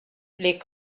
les